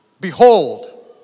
behold